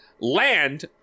land